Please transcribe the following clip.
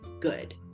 good